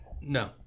No